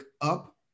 up